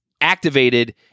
activated